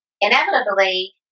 inevitably